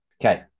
Okay